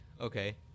okay